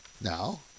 Now